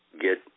get